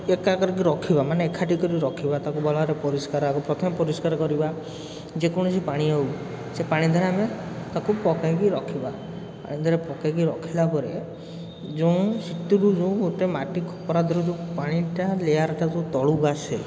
ଏକା କରିକି ରଖିବା ମାନେ ଏକାଠି କରି ରଖିବା ତାକୁ ଭଲ ଭାବରେ ପରିଷ୍କାର ଆମେ ପ୍ରଥମେ ପରିଷ୍କାର କରିବା ଯେକୌଣସି ପାଣି ହେଉ ସେ ପାଣି ଦ୍ୱାରା ଆମେ ତାକୁ ପକେଇକି ରଖିବା ଆଉ ଏମିତିରେ ପକେଇକି ରଖିଲାପରେ ଯେଉଁ ସେଥିରୁ ଯେଉଁ ଗୋଟେ ମାଟିକୁ ଖରାପର ଯେଉଁ ପାଣିଟା ଲେୟାରଟା ଯେଉଁ ତଳକୁ ଆସେ